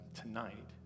tonight